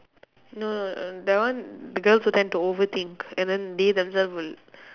no no that one the girls will tend to overthink and then they themself will